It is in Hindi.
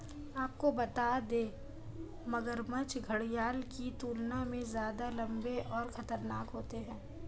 आपको बता दें, मगरमच्छ घड़ियाल की तुलना में ज्यादा लम्बे और खतरनाक होते हैं